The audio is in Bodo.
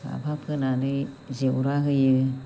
लाफा फोनानै जेवरा होयो